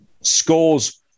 scores